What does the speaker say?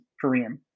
Korean